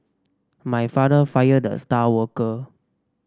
my father fired the star worker